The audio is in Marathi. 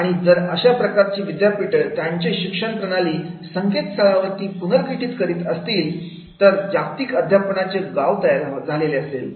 आणि जर अशा प्रकारचे विद्यापीठे त्यांचे शिक्षण प्रणाली संकेतस्थळावरती पुनर्गठित करीत असेल तर जागतिक अध्यापनाचे गाव तयार झालेले असेल